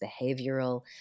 behavioral